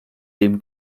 dem